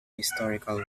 historical